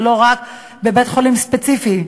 ולא רק בבית-חולים ספציפי.